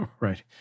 Right